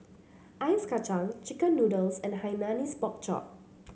Ice Kacang chicken noodles and Hainanese Pork Chop